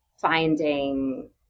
finding